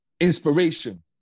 inspiration